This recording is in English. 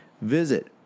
visit